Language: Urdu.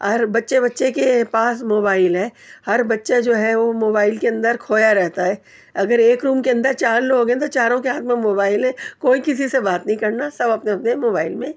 ہر بچے بچے کے پاس موبائل ہے ہر بچہ جو ہے وہ موبائل کے اندر کھویا رہتا ہے اگر ایک روم کے اندر چار لوگ ہیں تو چاروں کے ہاتھ میں موبائل ہے کوئی کسی سے بات نہیں کرنا سب اپنے اپنے موبائل میں